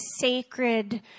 sacred